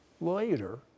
later